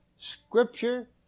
scripture